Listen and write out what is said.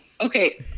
Okay